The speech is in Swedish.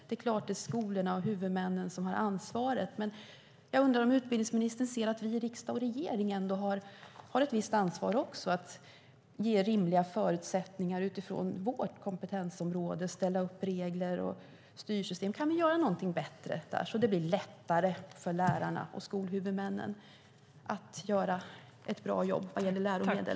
Det är klart att det är skolorna och huvudmännen som har ansvaret, men jag undrar om utbildningsministern ser att vi i riksdag och regering också har ett visst ansvar att ge rimliga förutsättningar utifrån vårt kompetensområde och sätta upp regler och styrsystem. Kan vi göra någonting så att det blir lättare för lärarna och skolhuvudmännen att göra ett bra jobb vad gäller läromedel?